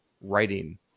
writing